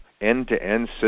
end-to-end